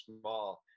small